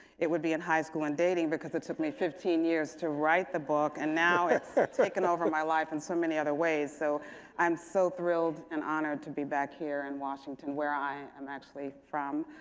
it would be in high school and dating because it took me fifteen years to write the book and now it's taken over my life in so many other ways. so i'm so thrilled and honored to be back here in and washington where i am actually from.